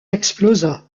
explosa